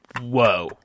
Whoa